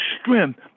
strength